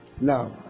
Now